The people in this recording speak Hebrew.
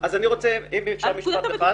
אז אני רוצה ברשותך משפט אחד.